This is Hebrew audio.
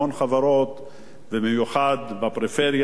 ובמיוחד בפריפריה ובמקומות שונים.